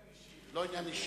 זה לא עניין אישי...